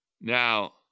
Now